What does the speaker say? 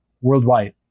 worldwide